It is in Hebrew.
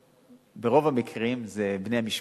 ברוב המקרים זה בני משפחה,